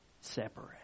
separate